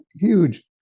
huge